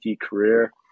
career